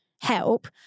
help